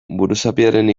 buruzapiaren